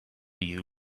you